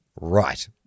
Right